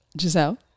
Giselle